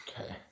Okay